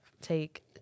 take